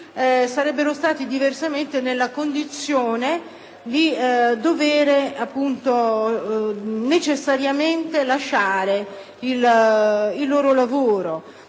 sarebbero stati nella condizione di dover necessariamente lasciare il loro lavoro,